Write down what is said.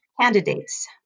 candidates